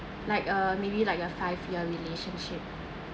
like uh maybe like uh five year relationship